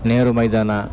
ನೆಹರು ಮೈದಾನ